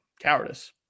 cowardice